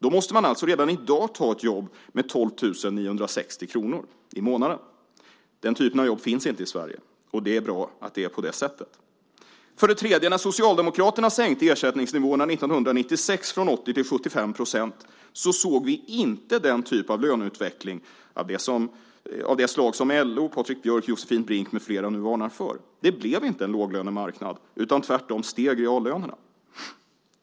Då måste man alltså redan i dag ta ett jobb med 12 960 kr i månaden. Den typen av jobb finns inte i Sverige, och det är bra att det är på det sättet. För det tredje: När Socialdemokraterna sänkte ersättningsnivåerna 1996 från 80 % till 75 % såg vi inte en löneutveckling av det slag som LO, Patrik Björck, Josefin Brink med flera nu varnar för. Det blev inte en låglönemarknad, utan tvärtom steg reallönerna.